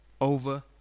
over